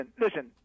listen